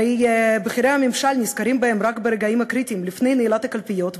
הרי בכירי הממשל נזכרים בהם רק ברגעים הקריטיים לפני נעילת הקלפיות,